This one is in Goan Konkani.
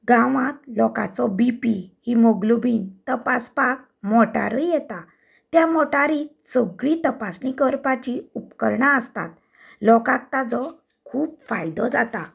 गांवांत लोकांचो बीपी हेमोग्लोबीन तपासपाक मोटारूय येता ते मोटारींत सगळीं तपासणी करपाची उपकरणां आसतात लोकांक ताजो खूब फायदो जाता